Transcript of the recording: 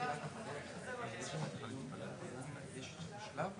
ביושב ראש.